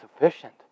sufficient